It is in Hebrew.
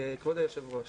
כבוד היושב ראש,